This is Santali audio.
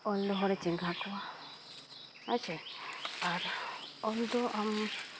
ᱚᱞ ᱫᱚ ᱦᱚᱲᱮ ᱪᱮᱸᱜᱷᱟ ᱠᱚᱣᱟ ᱦᱮᱸᱪᱮ ᱟᱨ ᱚᱞ ᱫᱚ ᱟᱢ